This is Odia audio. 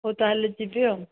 ହେଉ ତା' ହେଲେ ଯିବି ଆଉ